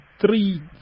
three